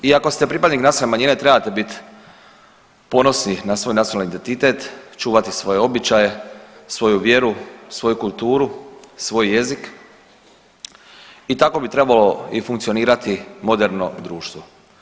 I ako ste pripadnik nacionalne manjine trebate bit ponosni na svoj nacionalni identitet, čuvati svoje običaje, svoju vjeru, svoju kulturu, svoj jezik i tako bi trebalo i funkcionirati moderno društvo.